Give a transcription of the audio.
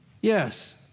Yes